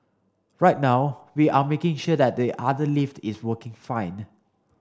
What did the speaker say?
right now we are making sure that the other lift is working fine